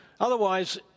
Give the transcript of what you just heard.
Otherwise